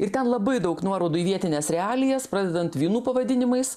ir ten labai daug nuorodų į vietines realijas pradedant vynų pavadinimais